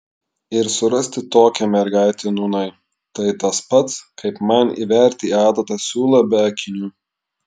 ir surasti tokią mergaitę nūnai tai tas pats kaip man įverti į adatą siūlą be akinių